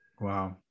Wow